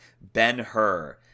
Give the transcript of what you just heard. Ben-Hur